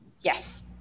Yes